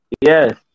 yes